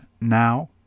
now